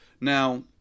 Now